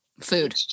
food